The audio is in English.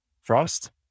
Frost